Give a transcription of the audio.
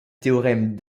théorème